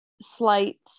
slight